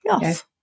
yes